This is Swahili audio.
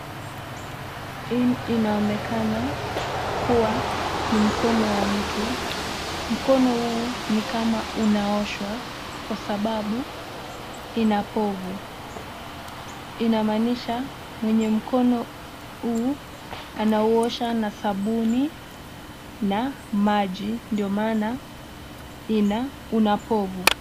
Inaonekana kua ni mkono wa mtu, mkono huu ni kama unaoshwa kwasababu ina povu, inamaanisha mwenye mkono huu anaosha na sabuni na maji ndio maana ina povu.